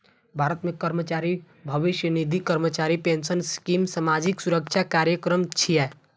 भारत मे कर्मचारी भविष्य निधि, कर्मचारी पेंशन स्कीम सामाजिक सुरक्षा कार्यक्रम छियै